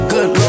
Good